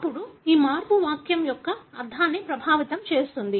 అప్పుడు ఈ మార్పు వాక్యం యొక్క అర్థాన్ని ప్రభావితం చేస్తుంది